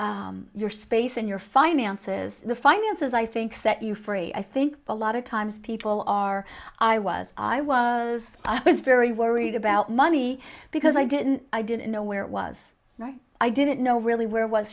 your space and your finances the finances i think set you free i think a lot of times people are i was i was i was very worried about money because i didn't i didn't know where it was i didn't know really where was